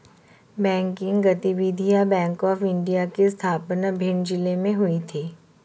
banking गतिविधियां bank of India की स्थापना भिंड जिले में हुई थी